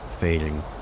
fading